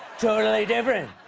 totally different.